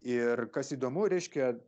ir kas įdomu reiškia